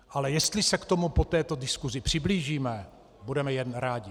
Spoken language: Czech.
Ale jestli se k tomu po této diskusi přiblížíme, budeme jen rádi.